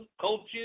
coaches